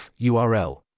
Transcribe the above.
URL